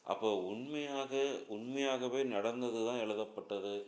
அப்போது உண்மையாக உண்மையாகவே நடந்தது தான் எழுதப்பட்டது